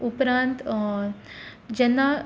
उपरांत जेन्ना